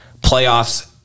playoffs